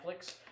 Netflix